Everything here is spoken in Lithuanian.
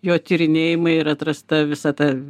jo tyrinėjimai ir atrasta visa ta